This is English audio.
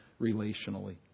relationally